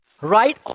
right